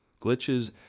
glitches